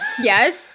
Yes